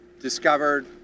discovered